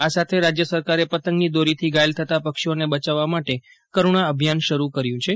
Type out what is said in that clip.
આ સાથે રાજય સરકારે પતંગની દોરીથી ઘાયલ થતાં પક્ષીઓને બચાવવા માટે કરૂણા અભિયાન શરૂ કર્યુ છે